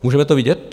Můžeme to vidět?